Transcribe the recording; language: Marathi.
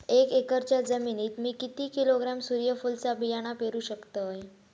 एक एकरच्या जमिनीत मी किती किलोग्रॅम सूर्यफुलचा बियाणा पेरु शकतय?